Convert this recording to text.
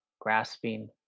grasping